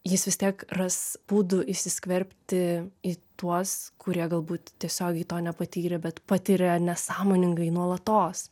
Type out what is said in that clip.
jis vis tiek ras būdų įsiskverbti į tuos kurie galbūt tiesiogiai to nepatyrė bet patiria nesąmoningai nuolatos